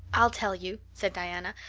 i'll tell you, said diana,